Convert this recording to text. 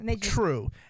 True